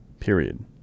Period